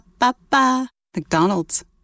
McDonald's